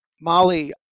Molly